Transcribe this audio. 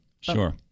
sure